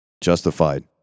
Justified